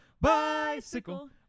bicycle